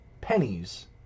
pennies